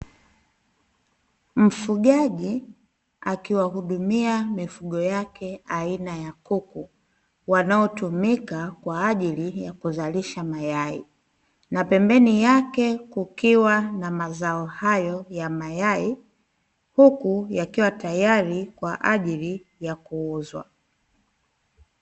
Mfugaji akiwahudumia mifugo yake aina ya kuku wanaotumika kwa ajili ya kuzalisha mayai, na pembeni yake kukiwa na mazao hayo ya mayai huku yakiwa tayari kwa ajili ya kuuzwa.